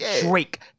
Drake